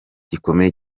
gikomeye